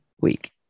week